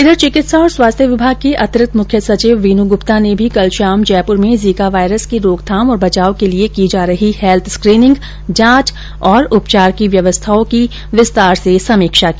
उधर चिकित्सा और स्वास्थ्य विभाग की अतिरिक्त मुख्य सचिव वीनू गुप्ता ने भी कल शाम जयपुर में जीका वायरस की रोकथाम और बचाव के लिए की जा रही हैल्थ स्क्रीनिंग जांच व उपचार की व्यवस्थाओं की विस्तार से समीक्षा की